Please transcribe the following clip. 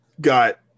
got